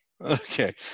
Okay